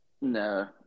No